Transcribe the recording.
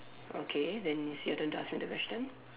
okay then it's your turn to ask me the question